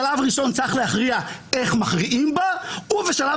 בשלב ראשון צריך להכריע איך מכריעים בה ובשלב